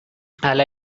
hala